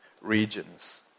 regions